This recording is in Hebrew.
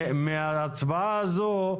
מההצבעה הזו,